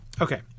Okay